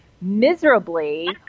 miserably